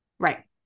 Right